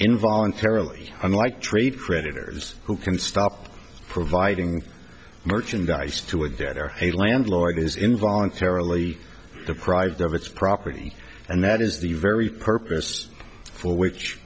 in voluntarily unlike trade creditors who can stop providing merchandise to a debtor a landlord is in voluntarily deprived of its property and that is the very purpose for which